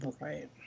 Right